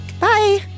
Bye